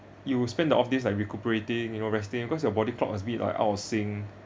you will spend the off days like recuperating you know resting because your body clock has been like out of sync